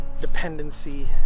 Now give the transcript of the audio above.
dependency